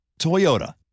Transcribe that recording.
Toyota